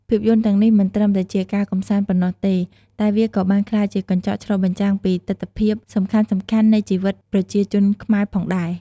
ភាពយន្តទាំងនេះមិនត្រឹមតែជាការកម្សាន្តប៉ុណ្ណោះទេ តែវាក៏បានក្លាយជាកញ្ចក់ឆ្លុះបញ្ចាំងពីទិដ្ឋភាពសំខាន់ៗនៃជីវិតប្រជាជនខ្មែរផងដែរ។